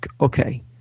okay